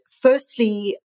firstly